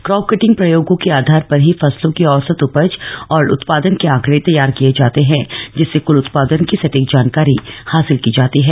crop cutting प्रयोगों के आधार पर ही फसलों की औसत उपज और उत्पादन के आंकडे तैयार किए जाते है जिससे कुल उत्पादन की सटीक जानकारी हासिल की जाती है